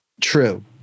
true